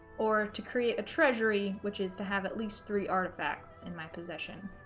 or to create a treasury which is to have at least three artifacts in my possession